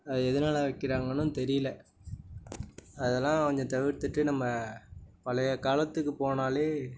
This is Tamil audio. அது எதனால் வைக்கிறாங்கன்னும் தெரியல அதெல்லாம் கொஞ்சம் தவிர்த்துவிட்டு நம்ம பழைய காலத்துக்கு போனாலே